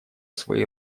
свои